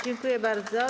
Dziękuję bardzo.